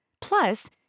Plus